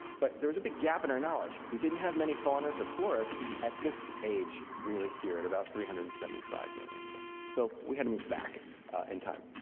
but there is a big gap in our knowledge. we didn't have many faunas or floras at this age really here about three hundred and seventy five million years ago. so we had to move back in time.